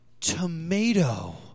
Tomato